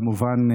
כמובן,